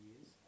years